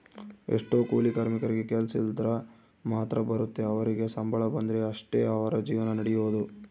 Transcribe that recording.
ಎಷ್ಟೊ ಕೂಲಿ ಕಾರ್ಮಿಕರಿಗೆ ಕೆಲ್ಸಿದ್ರ ಮಾತ್ರ ಬರುತ್ತೆ ಅವರಿಗೆ ಸಂಬಳ ಬಂದ್ರೆ ಅಷ್ಟೇ ಅವರ ಜೀವನ ನಡಿಯೊದು